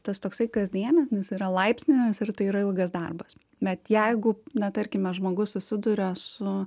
tas toksai kasdieninis yra laipsninis ir tai yra ilgas darbas bet jeigu na tarkime žmogus susiduria su